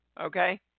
Okay